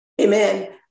Amen